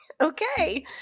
Okay